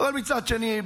אבל מצד שני,